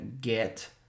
get